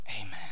Amen